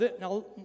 now